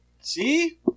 See